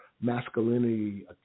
masculinity